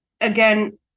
again